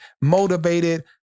motivated